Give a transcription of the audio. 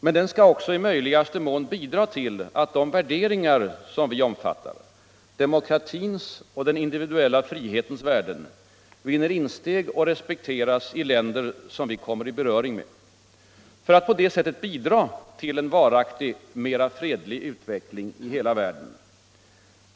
Men den skall också i möjligaste mån bidra till att de värderingar som vi omfattar — demokratins och den individuella frihetens värden — vinner insteg och respekteras av länder som vi kommer i beröring med för att på det sättet bidra till en varaktigt mera fredlig utveckling i hela världen.